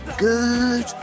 Good